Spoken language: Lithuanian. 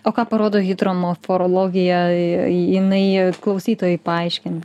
o ką parodo hidromorforologija jinai klausytojai paaiškin